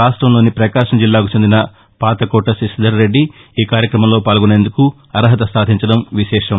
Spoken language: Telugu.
రాష్టంలోని పకాశం జిల్లాకు చెందిన పాతకోట శశిధర్ రెడ్డి ఈ కార్యక్రమంలో పాల్గొనేందుకు అర్హత సాధించడం విశేషం